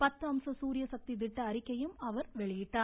பத்து அம்ச சூரியசக்தி திட்ட அறிக்கையையும் அவர் வெளியிட்டார்